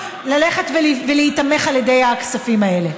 ללכת ולהיתמך על ידי הכספים האלה.